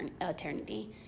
eternity